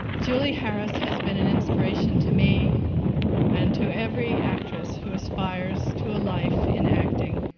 julie harris has been an inspiration to me and to every actress who aspires to a life in acting.